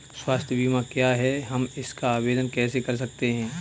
स्वास्थ्य बीमा क्या है हम इसका आवेदन कैसे कर सकते हैं?